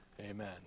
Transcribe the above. Amen